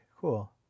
cool